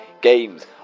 games